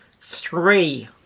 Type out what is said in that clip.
three